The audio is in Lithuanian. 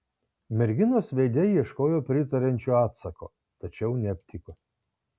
merginos veide ieškojo pritariančio atsako tačiau neaptiko